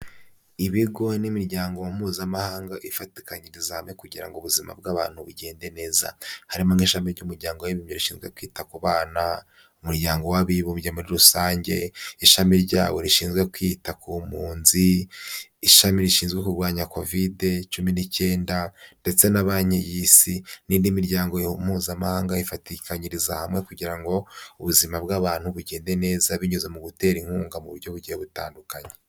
Ibigo n'imiryango mpuzamahanga ifatikanyiriza hamwe kugira ngo ubuzima bw'abantu bugende neza, harimo nk'ishami ry'umuryango w'abibumbye rishinzwe kwita ku bana, umuryango w'abibumbye muri rusange, ishami ryabo rishinzwe kwita ku mpunzi, ishami rishinzwe kurwanya kovide cumi n'icyenda, ndetse na banki y'isi, n'indi miryango mpuzamahanga ifatikanyiriza hamwe kugira ngo ubuzima bw'abantu bugende neza, binyuze mu gutera inkunga mu buryo bugiye butandukanye.